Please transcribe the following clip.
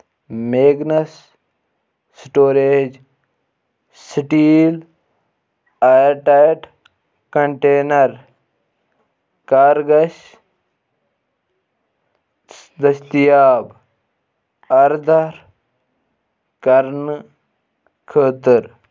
Magnus storage steel air tight container کَر گژھِ دٔستیاب آردہ کرنہٕ خٲطرٕ؟